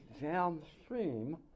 downstream